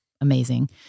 amazing